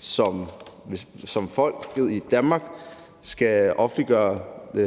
som borger i Danmark skal offentliggøre